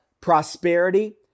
prosperity